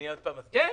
כן.